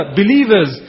believers